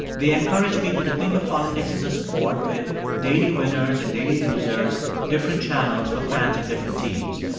they encourage people to think of politics as a sport with daily winners and daily losers, different channels for fans of different teams.